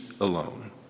alone